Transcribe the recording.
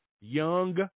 Young